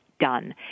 done